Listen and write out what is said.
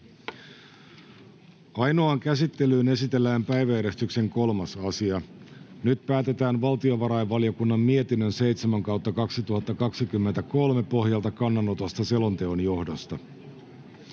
Ainoaan käsittelyyn esitellään päiväjärjestyksen 3. asia. Nyt päätetään valtiovarainvaliokunnan mietinnön VaVM 7/2023 vp pohjalta kannanotosta selonteon johdosta.